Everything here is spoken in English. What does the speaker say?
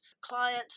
client